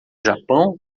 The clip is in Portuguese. japão